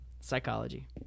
psychology